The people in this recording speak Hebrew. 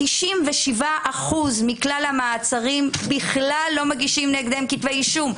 ב-97% מכלל המעצרים לא מגישים בכלל כתבי אישום.